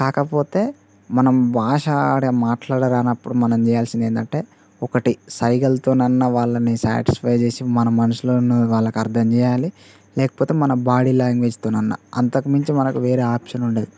కాకపోతే మనం భాష ఆడే మాట్లాడరానప్పుడు మనం చేయాల్సింది ఏంటంటే ఒకటి సైగలతో అన్న వాళ్ళని శాటిస్ఫై చేసి మన మనసులో ఉన్నది వాళ్ళకి అర్థం చేయాలి లేకపోతే మన బాడీ లాంగ్వేజ్తో అయిన అంతకు మించి మనకు వేరే ఆప్షన్ ఉండదు